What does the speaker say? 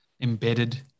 embedded